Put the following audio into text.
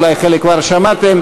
אולי חלק כבר שמעתם,